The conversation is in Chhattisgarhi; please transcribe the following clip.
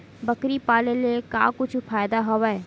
बकरी पाले ले का कुछु फ़ायदा हवय?